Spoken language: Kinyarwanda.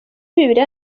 bibiliya